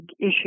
issue